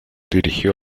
dirigió